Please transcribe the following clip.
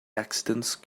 accidents